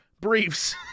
briefs